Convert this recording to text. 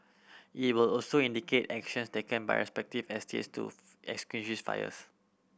it will also indicate actions taken by respective estates to extinguish fires